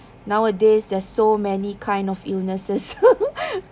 nowadays there are so many kind of illnesses